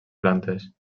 plantes